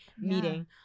meeting